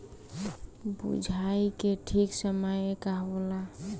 बुआई के ठीक समय का होला?